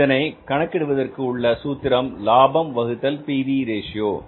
இதனை கணக்கிடுவதற்கு உள்ள சூத்திரம் லாபம் வகுத்தல் P V ratio PV Ratio